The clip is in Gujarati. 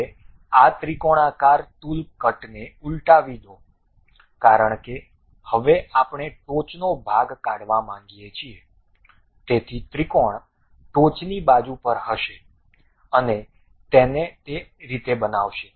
હવે આ ત્રિકોણાકાર ટૂલ કટને ઉલટાવી દો કારણ કે હવે આપણે ટોચનો ભાગ કાઢવા માગીએ છીએ તેથી ત્રિકોણ ટોચની બાજુ પર હશે અને તેને તે રીતે બનાવશે